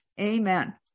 Amen